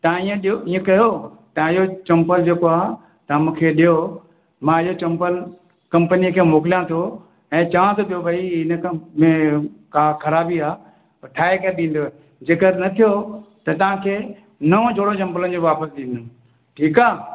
तव्हां इहा जो ईअं कयो तव्हां जो चंपल जेको आहे तव्हां मूंखे ॾियो मां ईअं चंपल कंपनीअ खे मोकिलियां थो ऐं चवां पियो पोइ भई हिन कंपनीअ में का ख़राबी आहे पोइ ठाहे करे ॾींदव जेका न थियो त तव्हां खे नओं जोड़ी चंपल के वापसि ॾींदुमि ठीकु आहे